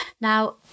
Now